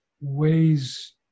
ways